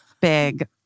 big